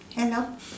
hello